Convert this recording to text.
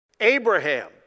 Abraham